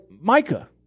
Micah